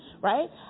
right